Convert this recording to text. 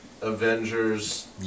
Avengers